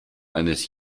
eines